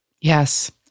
Yes